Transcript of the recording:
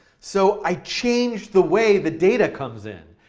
so i changed the way the data comes in.